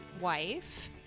wife